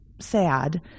sad